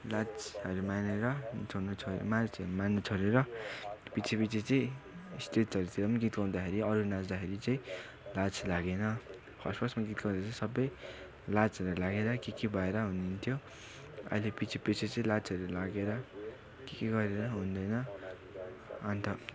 लाजहरू मानेर छोड्नु छोडेँ लाजहरू मान्नु छोडेर पछि पछि चाहिँ स्टेजहरूतिर पनि गीत गाउँदाखेरि अरू नाँच्दाखेरि चाहिँ लाज लागेन फर्स्ट फर्स्टमा गीत गाउँदा चाहिँ सबै लाजहरू लागेर के के भएर हुन्थ्यो अहिले पछि पछि चाहिँ लाजहरू लागेर के के गरेर हुँदैन अन्त